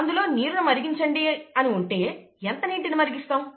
అందులో నీరును మరిగించండి అని ఉంటే ఎంత నీటిని మరిగిస్తాము